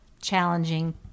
challenging